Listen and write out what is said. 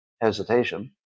hesitation